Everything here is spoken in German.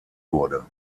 wurde